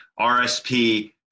RSP